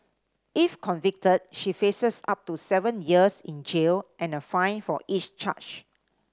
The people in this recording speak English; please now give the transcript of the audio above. if convicted she faces up to seven years in jail and a fine for each charge